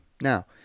Now